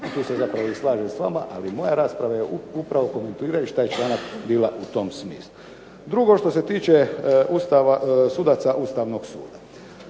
Tu se zapravo slažem s vama, ali moja rasprava je upravo komentirajući taj članak bila u tom smislu. Drugo što se tiče sudaca Ustavnog suda.